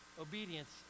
obedience